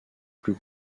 plus